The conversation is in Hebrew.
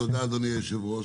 תודה, אדוני היושב-ראש,